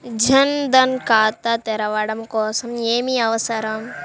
జన్ ధన్ ఖాతా తెరవడం కోసం ఏమి అవసరం?